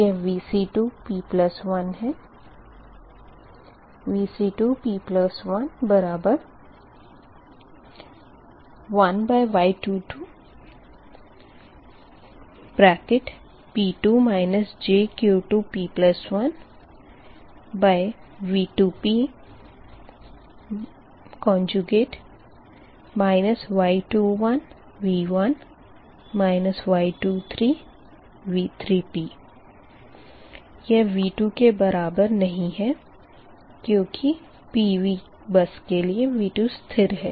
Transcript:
यह Vc2p1 है Vc2p11Y22P2 jQ2p1V2p Y21V1 Y23V3p यह V2 के बराबर नही है क्यूँकि PV बस के लिए V2 स्थिर है